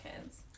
kids